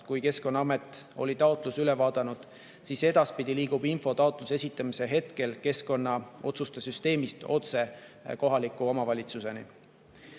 kui Keskkonnaamet oli taotluse üle vaadanud, siis edaspidi liigub info taotluse esitamise hetkel keskkonnaotsuste süsteemist otse kohaliku omavalitsuseni.